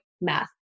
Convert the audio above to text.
math